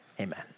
amen